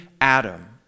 Adam